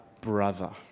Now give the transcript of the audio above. brother